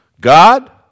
God